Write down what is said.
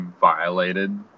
violated